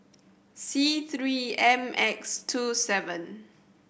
C Three M X two seven